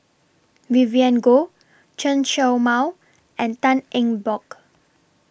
Vivien Goh Chen Show Mao and Tan Eng Bock